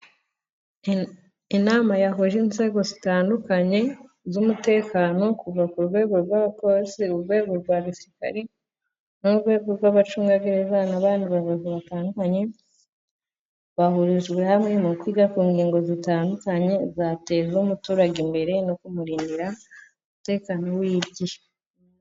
Inama yahuje inzego zitandukanye z'umutekano, kuva ku rwego rw'abapolisi, urwego rwa gisirikare n'urwego rw'abacungagereza n'abandi bayobozi batandukanye, bahurijwe hamwe mu kwiga ku ngingo zitandukanye zateza umuturage imbere, no kumurindira umutekano w'igi.